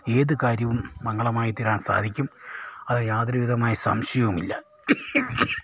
ഏത് കാര്യവും മംഗളമായി തീരാൻ സാധിക്കും അതിൽ യാതൊരുവിധമായ സംശയവുമില്ല